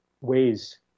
ways